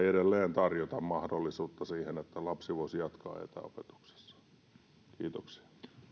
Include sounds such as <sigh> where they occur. <unintelligible> edelleen tarjota mahdollisuutta siihen että lapsi voisi jatkaa etäopetuksessa kiitoksia